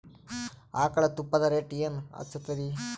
ಆಕಳ ತುಪ್ಪದ ರೇಟ್ ಏನ ಹಚ್ಚತೀರಿ?